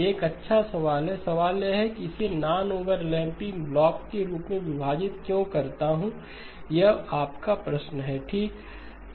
यह एक अच्छा सवाल है सवाल यह है कि मैं इसे नॉन ओवरलैपिंग ब्लॉक के रूप में विभाजित क्यों करता हूं यह आपका प्रश्न है ठीक है